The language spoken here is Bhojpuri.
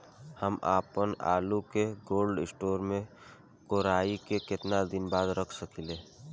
हम आपनआलू के कोल्ड स्टोरेज में कोराई के केतना दिन बाद रख साकिले?